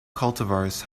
cultivars